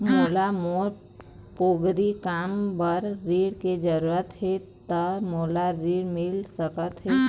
मोला मोर पोगरी काम बर ऋण के जरूरत हे ता मोला ऋण मिल सकत हे?